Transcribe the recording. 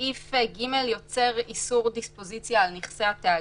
פסקה (3) יוצרת איסור דיספוזיציה על נכסי התאגיד.